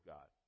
God